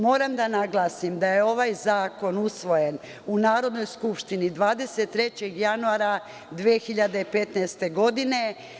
Moram da naglasim da je ovaj Zakon usvojen u Narodnoj skupštini 23. januara 2015. godine.